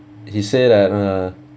he said that uh